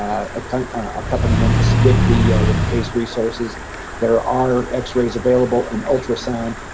um ah, kind of ah accompaniments with the with the case resources there are x-rays available in ultrasound.